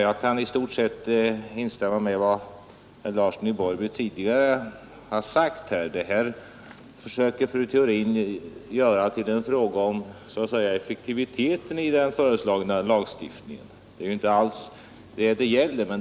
Jag kan i stort sett instämma i vad herr Larsson i Borrby har sagt. Fru Theorin försöker göra det här till en fråga om effektiviteten i den föreslagna lagstiftningen. Det är ju inte alls detta det gäller.